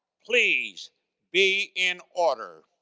please be in order.